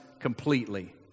completely